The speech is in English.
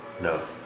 No